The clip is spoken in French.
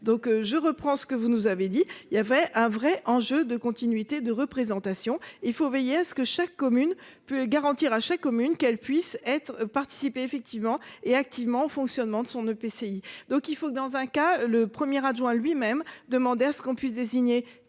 Donc je reprends ce que vous nous avez dit, il y avait un vrai enjeu de continuité de représentation. Il faut veiller à ce que chaque commune peut garantir à chaque commune qu'elle puisse être participer effectivement et activement fonctionnement de son EPCI. Donc il faut que dans un cas, le premier adjoint lui-même demandé à ce qu'on puisse désigner